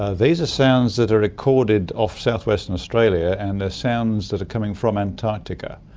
ah these are sounds that are recorded off south-western australia, and the sounds that are coming from antarctica.